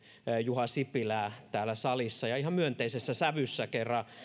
juha sipilää täällä salissa ja ihan myönteisessä sävyssä sillä